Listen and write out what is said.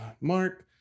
Mark